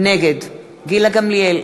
נגד גילה גמליאל,